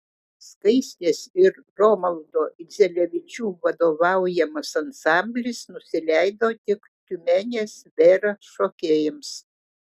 skaistės ir romaldo idzelevičių vadovaujamas ansamblis nusileido tik tiumenės vera šokėjams